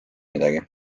midagi